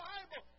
Bible